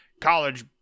college